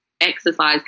exercise